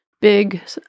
big